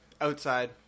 outside